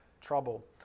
trouble